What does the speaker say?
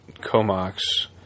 Comox